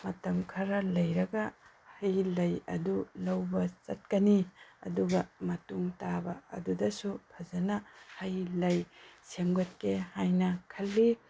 ꯃꯇꯝ ꯈ꯭ꯔ ꯂꯩꯔꯒ ꯍꯩ ꯂꯩ ꯑꯗꯨ ꯂꯧꯕ ꯆꯠꯀꯅꯤ ꯑꯗꯨꯒ ꯃꯇꯨꯡ ꯇꯥꯕ ꯑꯗꯨꯗꯁꯨ ꯐꯖꯅ ꯍꯩ ꯂꯩ ꯁꯦꯝꯒꯠꯀꯦ ꯍꯥꯏꯅ ꯈꯜꯂꯤ